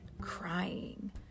crying